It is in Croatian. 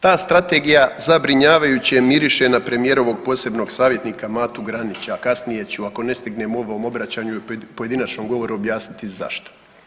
Ta strategija zabrinjavajuće miriše na premijerovog posebnog savjetnika Matu Granića, a kasnije ću ako ne stignem u ovom obraćanju u pojedinačnom govoru objasniti zašto.